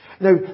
Now